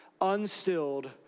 unstilled